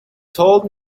told